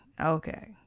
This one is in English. okay